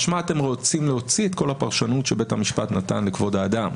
משמע אתם רוצים להוציא את כל הפרשנות שבית המשפט נתן לכבוד האדם,